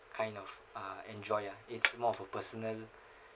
kind of uh enjoy ah it's more of a personal